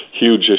huge